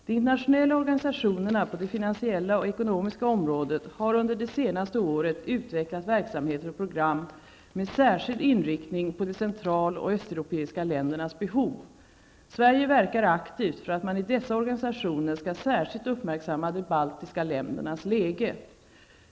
De internationella organisationerna på det finansiella och ekonomiska området har under det senaste året utvecklat verksamheter och program med särskild inriktning på de central och östeuropeiska ländernas behov. Sverige verkar aktivt för att man i dessa organisationer särskilt skall uppmärksamma de baltiska ländernas läge.